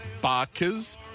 Barkers